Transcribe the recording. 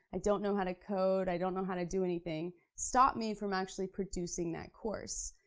i don't know how to code, i don't know how to do anything, stop me from actually producing that course.